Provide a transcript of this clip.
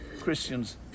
Christians